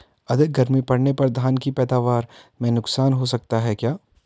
अधिक गर्मी पड़ने पर धान की पैदावार में नुकसान हो सकता है क्या?